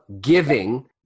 giving